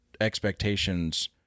expectations